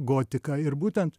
gotiką ir būtent